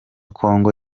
kongo